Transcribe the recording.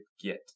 get